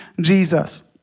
Jesus